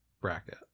bracket